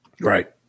Right